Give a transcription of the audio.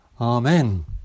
Amen